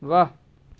वाह्